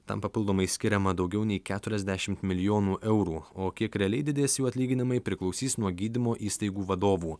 tam papildomai skiriama daugiau nei keturiasdešim milijonų eurų o kiek realiai didės jų atlyginimai priklausys nuo gydymo įstaigų vadovų